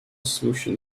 solution